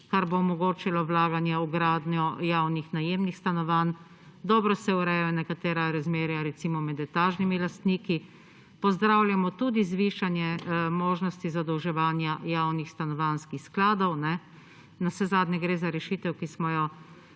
kar bomo omogočalo vlaganje v gradnjo javnih najemnih stanovanj. Dobro se urejajo nekatera razmerja recimo med etažnimi lastniki. Pozdravljamo tudi zvišanje možnosti zadolževanja javnih stanovanjskih skladov. Navsezadnje gre za rešitev, ki smo jo